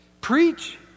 Preach